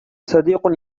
صديق